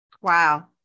Wow